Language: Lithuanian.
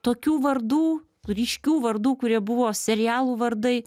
tokių vardų ryškių vardų kurie buvo serialų vardai